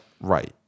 right